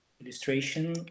illustration